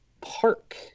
park